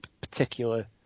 particular